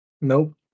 Nope